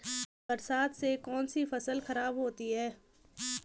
बरसात से कौन सी फसल खराब होती है?